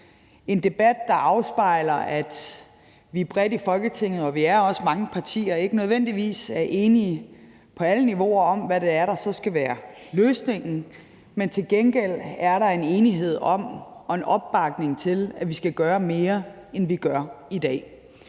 en debat, der afspejler, at vi bredt i Folketinget – og vi er også mange partier – ikke nødvendigvis er enige på alle niveauer om, hvad det er, der så skal være løsningen, men til gengæld er der en enighed om og en opbakning til, at vi skal gøre mere, end vi gør i dag.